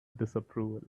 disapproval